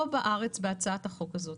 פה בארץ בהצעת החוק הזאת